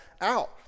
out